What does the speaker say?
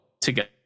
together